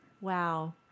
Wow